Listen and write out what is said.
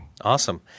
Awesome